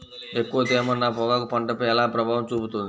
ఎక్కువ తేమ నా పొగాకు పంటపై ఎలా ప్రభావం చూపుతుంది?